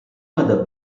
other